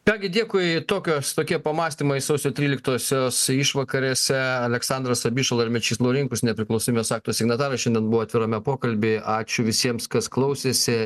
ką gi dėkui tokios tokie pamąstymai sausio tryliktosios išvakarėse aleksandras abišala ir mečys laurinkus nepriklausomybės akto signataras šiandien buvo atvirame pokalbyje ačiū visiems kas klausėsi